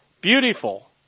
beautiful